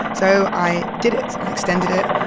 so i did it. i extended it.